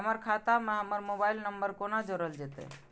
हमर खाता मे हमर मोबाइल नम्बर कोना जोरल जेतै?